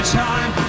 time